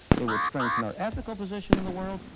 it would strengthen our ethical position in the world.